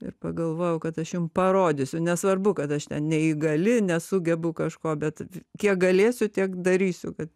ir pagalvojau kad aš jum parodysiu nesvarbu kad aš ten neįgali nesugebu kažko bet kiek galėsiu tiek darysiu kad